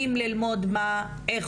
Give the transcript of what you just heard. יקבל באמת את העומק ואת ההבנה ויהווה מודל איך